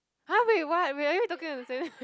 !huh! wait what wait are you talking on the same